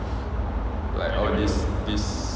like all these this